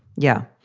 yeah.